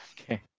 Okay